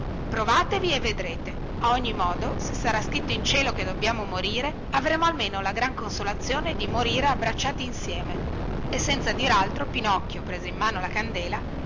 provatevi e vedrete a ogni modo se sarà scritto in cielo che dobbiamo morire avremo almeno la gran consolazione di morire abbracciati insieme e senza dir altro pinocchio prese in mano la candela